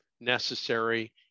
necessary